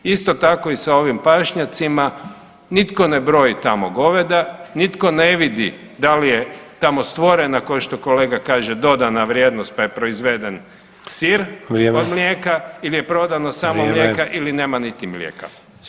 Isto tako i sa ovim pašnjacima, nitko ne broji tamo goveda, nitko ne vidi da li je tamo stvorena košto kolega kaže dodana vrijednost, pa je proizveden sir od mlijeka ili je prodano samo mlijeka ili nema niti mlijeka.